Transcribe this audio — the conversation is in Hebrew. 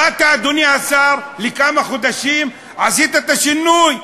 באת, אדוני השר, לכמה חודשים, עשית את השינוי: